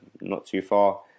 not-too-far